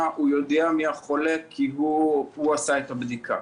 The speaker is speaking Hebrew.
יודע מי החולה כי הוא הרי עשה את הבדיקה.